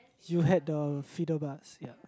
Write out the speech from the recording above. you had the feeder bus ya